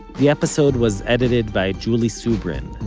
the episode was edited by julie subrin,